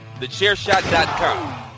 TheChairShot.com